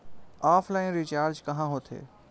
Offline recharge कहां होथे?